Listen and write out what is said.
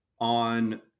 on